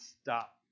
stop